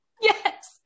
Yes